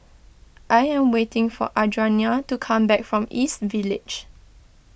I am waiting for Adriana to come back from East Village